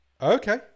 Okay